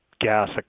gas